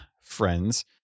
friends